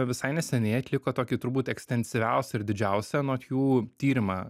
visai neseniai atliko tokį turbūt ekstensyviausią ir didžiausią anot jų tyrimą